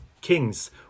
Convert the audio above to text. kings